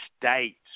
state